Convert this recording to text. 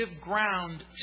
ground